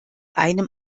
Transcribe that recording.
einem